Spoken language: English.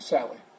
Sally